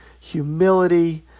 humility